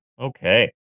Okay